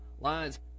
lines